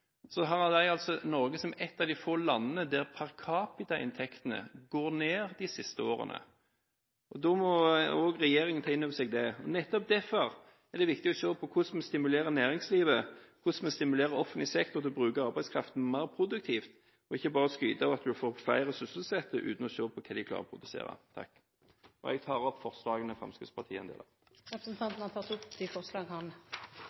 de Norge som ett av de få landene der per capita-inntektene har gått ned de siste årene. Da må også regjeringen ta inn over seg det. Nettopp derfor er det viktig å se på hvordan vi stimulerer næringslivet, hvordan vi stimulerer offentlig sektor til å bruke arbeidskraften mer produktivt, og ikke bare skryte av at en får flere sysselsatte uten å se på hva de klarer å produsere. Jeg tar opp det forslaget som Fremskrittspartiet sammen med andre fremmer. Representanten Ketil Solvik-Olsen har tatt opp det forslaget han